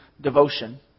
devotion